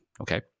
Okay